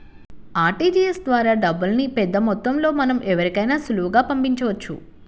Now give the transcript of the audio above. RTGS ద్వారా డబ్బుల్ని పెద్దమొత్తంలో మనం ఎవరికైనా సులువుగా పంపించవచ్చు